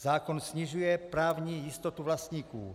Zákon snižuje právní jistotu vlastníků.